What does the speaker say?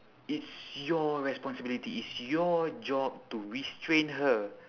it's your responsibility it's your job to restrain her